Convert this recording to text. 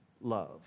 love